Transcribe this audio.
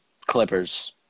Clippers